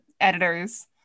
editors